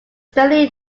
extremely